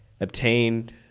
obtained